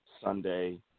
Sunday